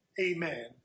Amen